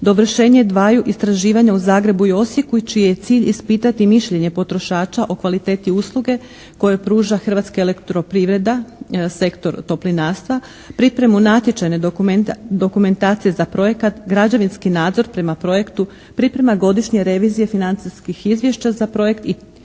dovršenje dvaju istraživanja u Zagrebu i Osijeku čiji je cilj ispitati mišljenje potrošača o kvaliteti usluge koju pruža Hrvatska elektropriveda, sektor toplinarstva. Pripremu natječajne dokumentacije za projekat, građevinski nadzor prema projektu, priprema godišnje revizije financijskih izvješća za projekt i